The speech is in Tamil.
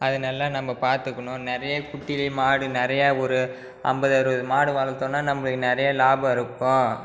அது நல்லா நம்ம பார்த்துக்குணும் நிறைய குட்டிளே மாடு நிறைய ஒரு ஐம்பது அறுபது மாடு வளர்த்தோன்னா நம்மளுக்கு நிறைய லாபம் இருக்கும்